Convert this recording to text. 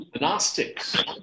Gnostics